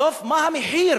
בסוף, מה המחיר?